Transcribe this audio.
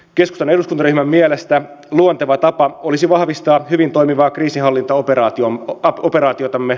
keskustan eduskuntaryhmän mielestä luonteva tapa olisi vahvistaa hyvin toimivaa kriisinhallintaoperaatiotamme libanonissa